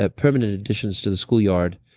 ah permanent additions to the school yard.